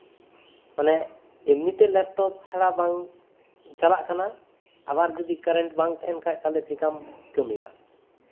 ᱯᱟᱞᱮᱜ ᱮᱢᱱᱤᱛᱮ ᱞᱮᱯᱴᱚᱯ ᱪᱷᱟᱲᱟ ᱵᱟᱝ ᱟᱵᱟᱨ ᱡᱚᱫᱤ ᱠᱟᱨᱮᱱᱴ ᱵᱟᱝ ᱛᱟᱦᱮᱱ ᱠᱷᱟᱡ ᱛᱟᱦᱞᱮ ᱛᱟᱦᱞᱮ ᱪᱮᱠᱟᱢ ᱠᱟᱹᱢᱤᱭᱟ